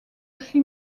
chi